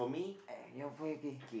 eh for you okay